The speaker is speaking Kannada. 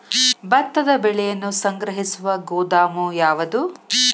ಭತ್ತದ ಬೆಳೆಯನ್ನು ಸಂಗ್ರಹಿಸುವ ಗೋದಾಮು ಯಾವದು?